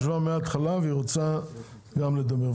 ישבה מהתחלה והיא רוצה גם לדבר.